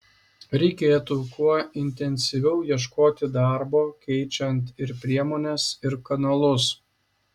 reikėtų kuo intensyviau ieškoti darbo keičiant ir priemones ir kanalus